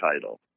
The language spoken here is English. title